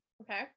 okay